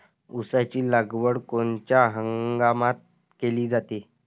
ऊसाची लागवड कोनच्या हंगामात केली जाते?